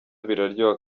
biraryoha